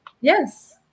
Yes